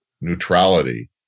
neutrality